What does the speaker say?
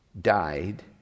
died